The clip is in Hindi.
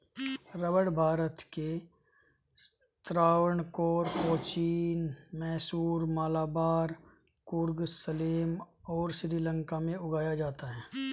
रबड़ भारत के त्रावणकोर, कोचीन, मैसूर, मलाबार, कुर्ग, सलेम और श्रीलंका में उगाया जाता है